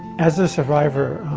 as a survivor,